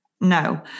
no